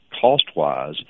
cost-wise